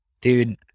dude